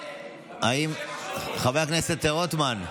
חבר הכנסת רוטמן.